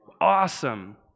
awesome